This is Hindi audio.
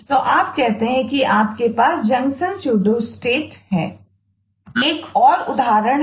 तो यह एक और उदाहरण है